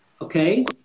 okay